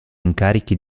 incarichi